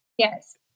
Yes